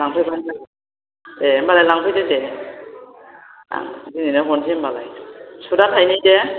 लांफैबानो जाबाय ए होनबालाय लांफैदो दे आं दिनैनो हरनोसै होम्बालाय सुतआ थाइनै दे